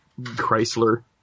Chrysler